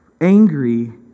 angry